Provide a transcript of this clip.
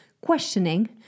questioning